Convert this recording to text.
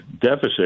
deficit